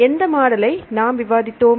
எந்த மாடலை நாம் விவாதித்தோம்